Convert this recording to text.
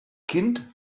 kind